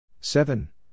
Seven